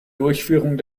durchführung